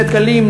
נווה-דקלים,